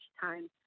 time